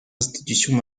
institutions